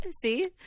See